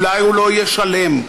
אולי הוא לא יהיה שלם,